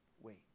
Wait